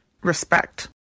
Respect